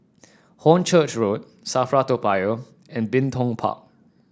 Hornchurch Road Safra Toa Payoh and Bin Tong Park